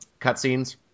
cutscenes